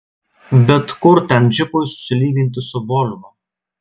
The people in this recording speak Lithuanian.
bet kur ten džipui susilyginti su volvo